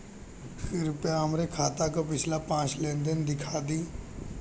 कृपया हमरे खाता क पिछला पांच लेन देन दिखा दी